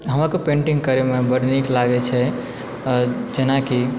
हमराअरके पेन्टिंग करयमे बड्ड नीक लागैत छै जेनाकि